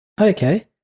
Okay